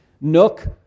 nook